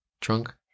Drunk